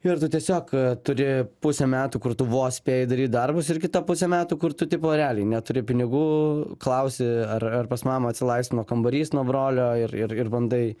ir tu tiesiog turi pusę metų kur tu vos spėji daryt darbus ir kitą pusę metų kur tu tipo realiai neturi pinigų klausi ar ar pas mamą atsilaisvino kambarys nuo brolio ir ir ir bandai